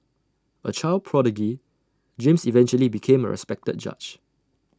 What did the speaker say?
A child prodigy James eventually became A respected judge